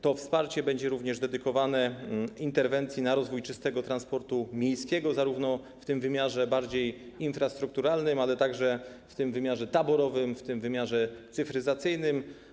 To wsparcie będzie również dedykowane interwencji w ramach rozwoju czystego transportu miejskiego, zarówno w tym wymiarze bardziej infrastrukturalnym, jak i w tym wymiarze taborowym, w tym wymiarze cyfryzacyjnym.